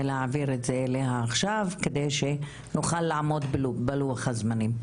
להעביר את זה אליה עכשיו על מנת שנוכל לעמוד הלוח הזמנים,